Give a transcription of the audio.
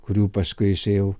kurių paskui jisai jau